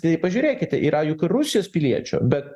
tai pažiūrėkite yra juk rusijos piliečių bet